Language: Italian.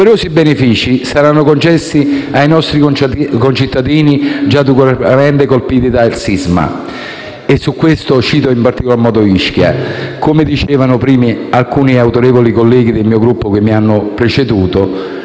Doverosi benefici saranno concessi ai nostri concittadini già duramente colpiti dal sisma e su questo cito in particolar modo Ischia. Come dicevano prima alcuni autorevoli colleghi del mio Gruppo che mi hanno preceduto,